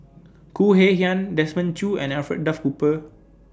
Khoo Kay Hian Desmond Choo and Alfred Duff Cooper